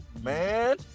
man